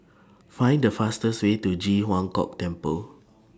Find The fastest Way to Ji Huang Kok Temple